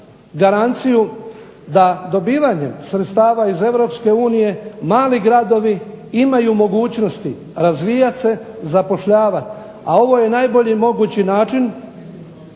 garanciju da dobivanjem sredstava iz Europske unije mali gradovi imaju mogućnosti razvijat se, zapošljavat, a ovo je najbolji mogući način